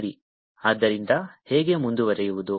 ಸರಿ ಆದ್ದರಿಂದ ಹೇಗೆ ಮುಂದುವರೆಯುವುದು